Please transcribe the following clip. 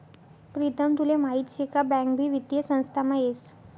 प्रीतम तुले माहीत शे का बँक भी वित्तीय संस्थामा येस